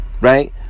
Right